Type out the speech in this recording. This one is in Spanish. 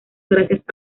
gracias